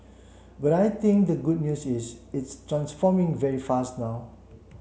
but I think the good news is it's transforming very fast now